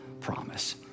promise